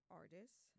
artists